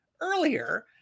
earlier